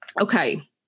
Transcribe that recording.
Okay